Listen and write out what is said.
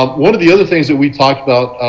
um one of the other things but we talked about